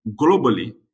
globally